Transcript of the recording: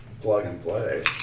plug-and-play